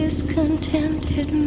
Discontented